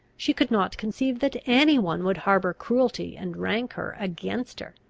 she could not conceive that any one would harbour cruelty and rancour against her.